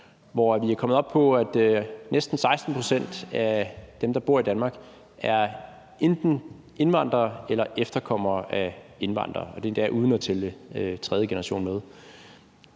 at vi er kommet op på, at næsten 16 pct. af dem, der bor i Danmark, enten er indvandrere eller efterkommere af indvandrere, og det er endda uden at tælle tredje generation med,